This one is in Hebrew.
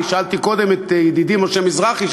אני שאלתי קודם את ידידי משה מזרחי וביקשתי